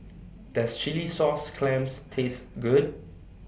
Does Chilli Sauce Clams Taste Good